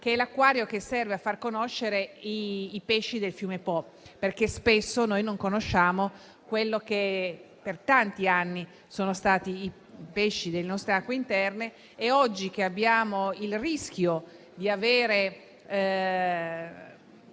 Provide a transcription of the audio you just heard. di Mezzani, che serve a far conoscere i pesci del fiume Po, perché spesso non conosciamo quelli che per tanti anni sono stati i pesci delle nostre acque interne e oggi che c'è il rischio che